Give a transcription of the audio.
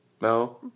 No